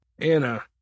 Anna